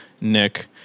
Nick